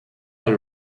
del